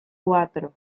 cuatro